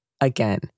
Again